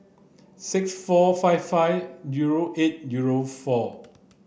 six four five five zero eight zero four